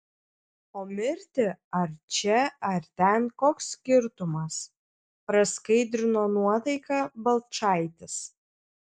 o mirti ar čia ar ten koks skirtumas praskaidrino nuotaiką balčaitis